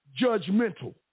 judgmental